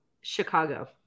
Chicago